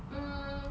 mm